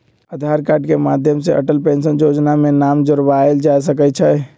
आधार card के माध्यम से अटल पेंशन जोजना में नाम जोरबायल जा सकइ छै